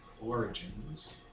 origins